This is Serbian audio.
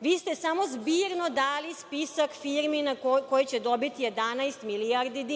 Vi ste samo zbirno dali spisak firmi koje će dobiti 11 milijardi